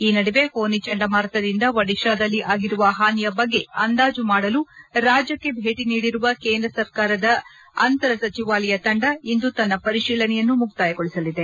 ಈ ನಡುವೆ ಫೊನಿ ಚಂಡಮಾರುತದಿಂದ ಒಡಿಶಾದಲ್ಲಿ ಆಗಿರುವ ಹಾನಿಯ ಬಗ್ಗೆ ಅಂದಾಜು ಮಾಡಲು ರಾಜ್ಯಕ್ಕೆ ಭೇಟಿ ನೀಡಿರುವ ಕೇಂದ್ರ ಸರ್ಕಾರದ ಅಂತರ ಸಚಿವಾಲಯ ತಂಡ ಇಂದು ತನ್ನ ಪರಿಶೀಲನೆಯನ್ನು ಮುಕ್ತಾಯಗೊಳಿಸಲಿದೆ